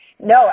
No